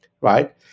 right